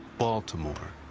baltimore.